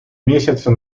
месяцы